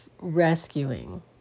rescuing